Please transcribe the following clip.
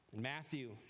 Matthew